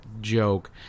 joke